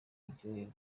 ryakorewe